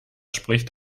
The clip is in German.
spricht